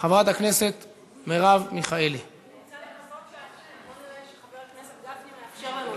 חברת הכנסת גרמן וחבר הכנסת גנאים וחברת הכנסת בן ארי מבקשים לצרף